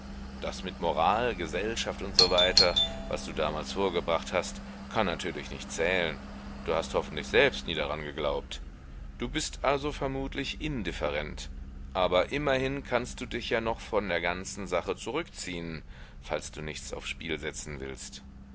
das mit moral gesellschaft und so weiter was du damals vorgebracht hast kann natürlich nicht zählen du hast hoffentlich selbst nie daran geglaubt du bist also vermutlich indifferent aber immerhin kannst du dich ja noch von der ganzen sache zurückziehen falls du nichts aufs spiel setzen willst